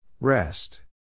Rest